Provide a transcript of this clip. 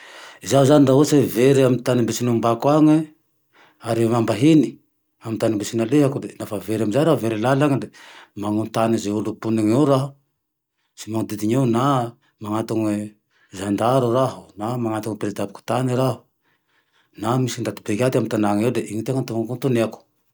Zaho zane laha hoe very ame tane ze mbo tsy nombako ane, ary io raha mbahiny amy tane mbo tsy nalehako nafa very ame zay raha, very lalane le manontany ize olo ponine eo aho sy manondidin'eo na manantone zandaro raho, na manato prezida-pokotane raho na misy ndaty brigady ame tana eo de iny anatonako anotaneako